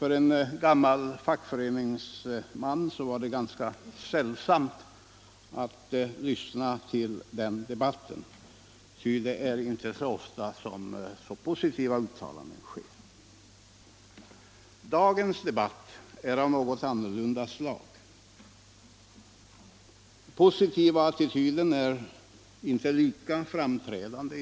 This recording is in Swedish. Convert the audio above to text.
För en gammal fackföreningsman var det ganska sällsamt att lyssna till den debatten, ty det är ju inte så ofta man får höra så positiva uttalanden. Dagens debatt är av något annorlunda slag. Den positiva attityden är inte lika framträdande.